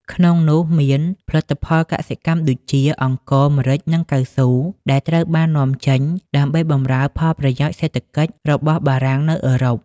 ក្នុងនោះមាន ផលិតផលកសិកម្មដូចជា អង្ករ ម្រេច និងកៅស៊ូ ដែលត្រូវបាននាំចេញដើម្បីបម្រើផលប្រយោជន៍សេដ្ឋកិច្ចរបស់បារាំងនៅអឺរ៉ុប។